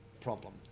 problem